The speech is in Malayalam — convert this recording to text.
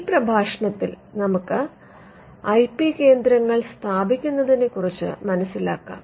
ഈ പ്രഭാഷണത്തിൽ നമുക്ക് ഐ പി കേന്ദ്രങ്ങൾ സ്ഥാപിക്കുന്നതിനെക്കുറിച്ച് മനസിലാക്കാം